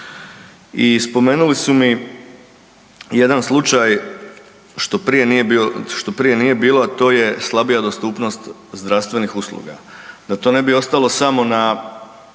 i spomenuli su mi jedan slučaj što prije nije bilo, a to je slabija dostupnost zdravstvenih usluga. Da to ne bi ostalo samo na